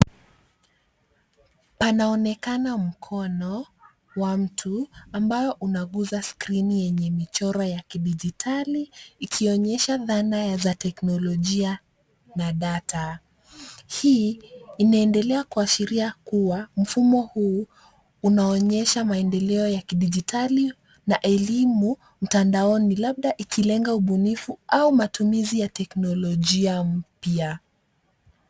Panaonekana mkono wa mtu, ambao unaguza skrini yenye michoro ya kidijitali ikionyesha dhana ya za teknolojia na data. Hii inaendelea kuashiria kua, mfumo huu unaonyesha maendeleo ya kidijitali na elimu mtandaoni, labda ikilenga ubunifu au matumizi ya teknolojia mpya.